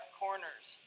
corners